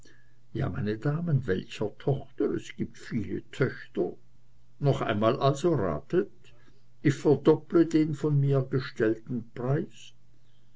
ja meine damen welcher tochter es gibt viele töchter noch einmal also ratet ich verdoppele den von mir gestellten preis